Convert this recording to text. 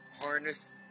harness